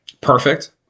Perfect